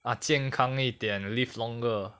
ah 健康一点 live longer